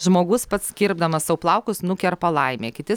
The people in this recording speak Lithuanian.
žmogus pats kirpdamas sau plaukus nukerpa laimę kiti